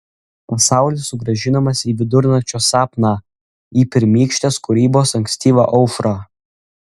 pasaulis sugrąžinamas į vidurnakčio sapną į pirmykštės kūrybos ankstyvą aušrą